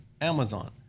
Amazon